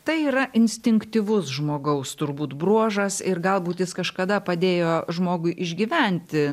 tai yra instinktyvus žmogaus turbūt bruožas ir galbūt jis kažkada padėjo žmogui išgyventi